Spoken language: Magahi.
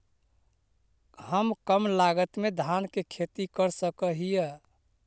हम कम लागत में धान के खेती कर सकहिय?